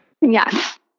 Yes